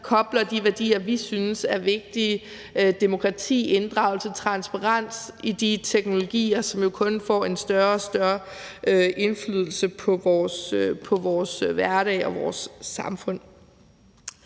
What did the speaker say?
kobler de værdier, vi synes er vigtige – demokrati, inddragelse, transparens – til de teknologier, som jo kun får en større og større indflydelse på vores hverdag og vores samfund.